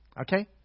okay